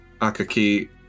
Akaki